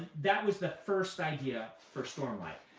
that was the first idea for stormlight.